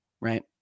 right